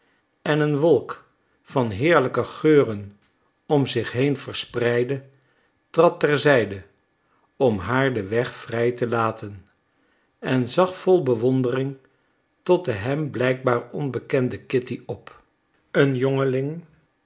en een wolk van heerlijke geuren om zich heen verspreidde trad ter zijde om haar den weg vrij te laten en zag vol bewondering tot de hem blijkbaar onbekende kitty op een